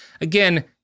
Again